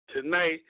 tonight